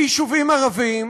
ביישובים ערביים,